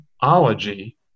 ology